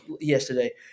yesterday